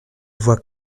voit